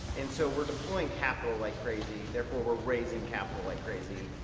and so we're deploying capital like crazy, therefore, we're raising capital like crazy.